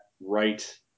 right